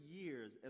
years